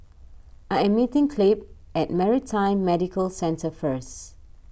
I am meeting Clabe at Maritime Medical Centre first